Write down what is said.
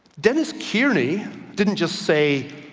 dennis kierney didn't just say,